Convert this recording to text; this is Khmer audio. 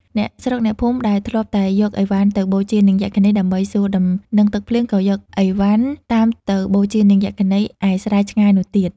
អ្នកស្រុកអ្នកភូមិ ដែលធ្លាប់តែយកឥវ៉ាន់ទៅ បូជានាងយក្ខិនីដើម្បីសួរដំណឹងទឹកភ្លៀង ក៏យកឥវ៉ាន់តាមទៅបូជានាងយក្ខិនី ឯស្រែឆ្ងាយនោះទៀត។